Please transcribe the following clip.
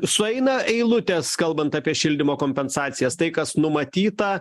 sueina eilutės kalbant apie šildymo kompensacijas tai kas numatyta